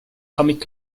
comic